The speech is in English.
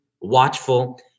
watchful